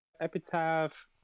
epitaph